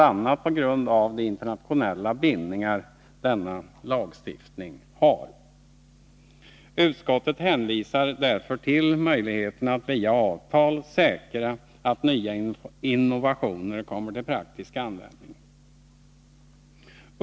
a, på grund av de internationella bindningar denna lagstiftning har. Utskottet hänvisar därför till möjligheten att via avtal säkra att nya uppfinningar kommer till praktisk användning.